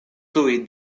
tuj